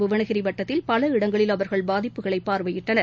புவனகிரி வட்டத்தில் பல இடங்களில் அவர்கள் பாதிப்புகளை பார்வையிட்டனர்